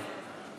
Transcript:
נתניהו,